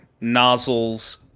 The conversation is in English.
nozzles